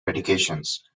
medications